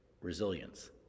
resilience